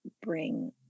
bring